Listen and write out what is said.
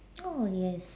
oh yes